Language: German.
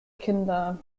kinder